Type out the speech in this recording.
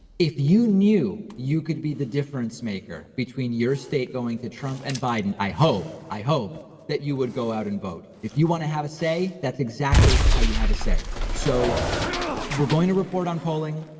if you knew, you could be the difference maker between your state going to trump and biden. i hope i hope that you would go out and vote. if you want to have a say, that's exactly how you have a say. so we're going to report on polling.